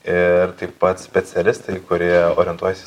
ir taip pat specialistai kurie orientuojasi į